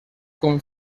com